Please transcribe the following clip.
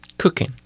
Cooking